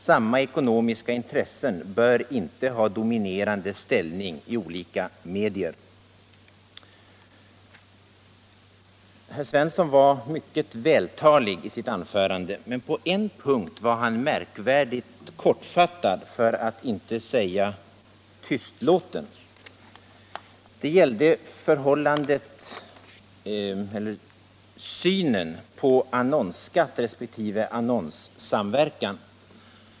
Samma ekonomiska intressen bör inte ha dominerande ställning i olika medier.” Herr Svensson var mycket vältalig i sitt anförande, men på en punkt var han märkvärdigt kortfattad för att inte säga tystlåten. Det gällde synen på annonsskatt resp. annonssamverkan.